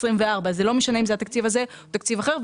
זה לא משנה אם זה התקציב הזה או תקציב אחר,